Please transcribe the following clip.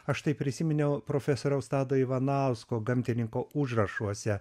aš taip prisiminiau profesoriaus tado ivanausko gamtininko užrašuose